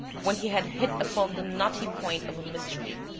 when he had hit upon the knotty point of a mystery.